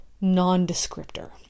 non-descriptor